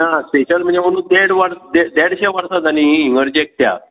ना स्पॅशल म्हणजे ओनू देड वर दे देडशे वर्सां जालीं इगर्जेक त्या